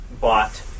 bought